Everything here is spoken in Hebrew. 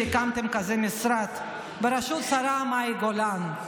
הקמתם משרד כזה בראשות השרה מאי גולן.